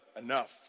enough